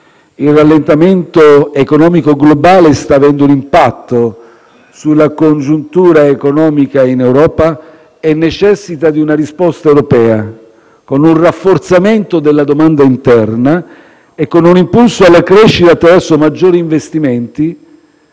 Il rallentamento economico globale sta avendo un impatto sulla congiuntura economica in Europa e necessita di una risposta europea, con un rafforzamento della domanda interna e con un impulso alla crescita attraverso maggiori investimenti